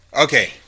Okay